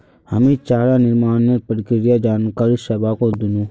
हामी चारा निर्माणेर प्रक्रियार जानकारी सबाहको दिनु